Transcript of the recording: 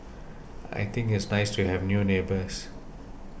I think it's nice to have new neighbours